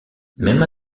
même